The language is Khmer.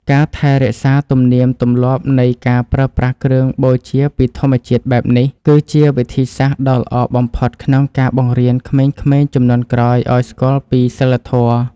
ការថែរក្សាទំនៀមទម្លាប់នៃការប្រើប្រាស់គ្រឿងបូជាពីធម្មជាតិបែបនេះ គឺជាវិធីសាស្ត្រដ៏ល្អបំផុតក្នុងការបង្រៀនក្មេងៗជំនាន់ក្រោយឱ្យស្គាល់ពីសីលធម៌។